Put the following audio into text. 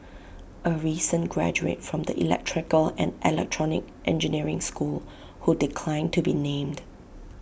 A recent graduate from the electrical and electronic engineering school who declined to be named